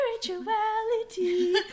spirituality